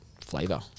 flavor